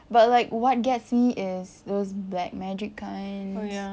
but like what gets me is it was black magic kind